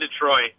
Detroit